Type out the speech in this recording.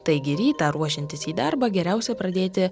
taigi rytą ruošiantis į darbą geriausia pradėti